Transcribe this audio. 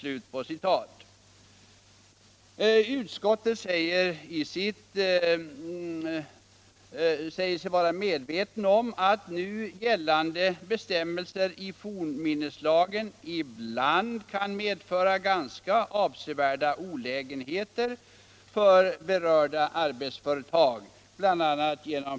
Utskottet säger sig vara medvetet om att nu gällande bestämmelser i fornminneslagen ibland kan medföra ganska avsevärda olägenheter för berörda arbetsföretag.